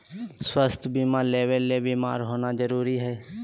स्वास्थ्य बीमा लेबे ले बीमार होना जरूरी हय?